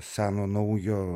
seno naujo